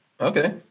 Okay